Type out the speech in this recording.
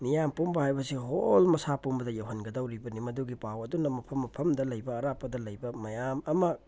ꯃꯤꯌꯥꯝ ꯄꯨꯝꯕ ꯍꯥꯏꯕꯁꯤ ꯍꯣꯜ ꯃꯁꯥ ꯄꯨꯝꯕꯗ ꯌꯧꯍꯟꯒꯗꯧꯔꯤꯕꯅꯤ ꯃꯗꯨꯒꯤ ꯄꯥꯎ ꯑꯗꯨꯅ ꯃꯐꯝ ꯃꯐꯝꯗ ꯂꯩꯕ ꯑꯔꯥꯞꯄꯗ ꯂꯩꯕ ꯃꯌꯥꯝ ꯑꯃ